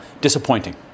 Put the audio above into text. disappointing